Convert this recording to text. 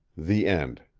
the end